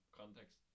context